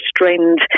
restrained